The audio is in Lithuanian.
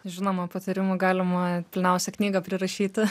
žinoma patarimų galima pilniausią knygą prirašyti